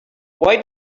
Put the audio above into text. why